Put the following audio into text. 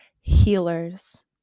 healers